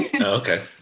Okay